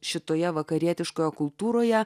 šitoje vakarietiškoje kultūroje